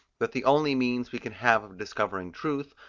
but the only means we can have of discovering truth,